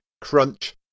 crunch